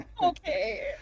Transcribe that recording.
Okay